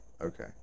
Okay